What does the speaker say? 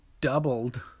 doubled